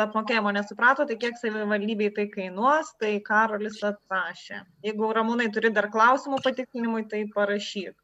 apmokėjimo nesuprato tai kiek savivaldybei tai kainuos tai karolis atrašė jeigu ramūnai turi dar klausimų patikslinimui tai parašyk